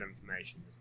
information